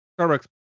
Starbucks